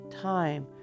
time